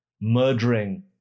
murdering